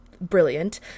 brilliant